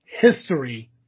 history